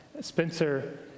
Spencer